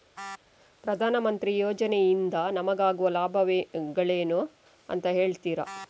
ಪ್ರಧಾನಮಂತ್ರಿ ಯೋಜನೆ ಇಂದ ನಮಗಾಗುವ ಲಾಭಗಳೇನು ಅಂತ ಹೇಳ್ತೀರಾ?